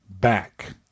back